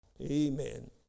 Amen